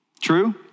true